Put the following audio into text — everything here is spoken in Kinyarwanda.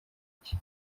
iki